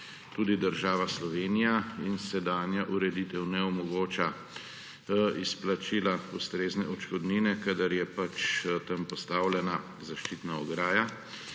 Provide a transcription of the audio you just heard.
tudi država Slovenija in sedanja ureditev ne omogoča izplačila ustrezne odškodnine, kadar je tam postavljena zaščitna ograja.